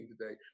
today